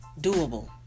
doable